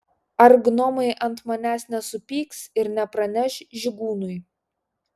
ar gnomai ant manęs nesupyks ir nepraneš žygūnui